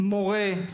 מורה,